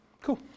cool